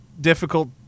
difficult